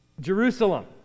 Jerusalem